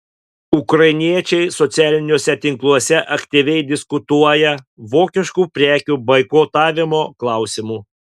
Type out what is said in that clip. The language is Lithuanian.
ukrainiečiai socialiniuose tinkluose aktyviai diskutuoja vokiškų prekių boikotavimo klausimu